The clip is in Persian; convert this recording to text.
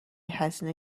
هزینه